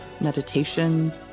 meditation